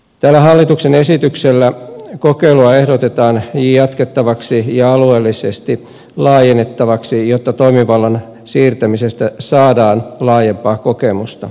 tällä hallituksen esityksellä kokeilua ehdotetaan jatkettavaksi ja alueellisesti laajennettavaksi jotta toimivallan siirtämisestä saadaan laajempaa kokemusta